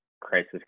crisis